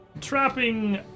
trapping